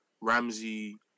Ramsey